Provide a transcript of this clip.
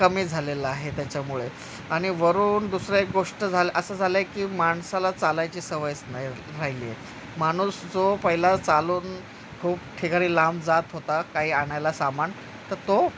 कमी झालेला आहे त्याच्यामुळे आणि वरून दुसरं एक गोष्ट झालं असं झालं आहे की माणसाला चालायची सवयच नाही राहिली आहे माणूस जो पहिला चालून खूप ठिकाणी लांब जात होता काही आणायला सामान तर तो